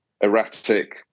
erratic